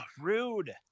Rude